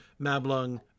Mablung